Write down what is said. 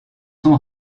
sont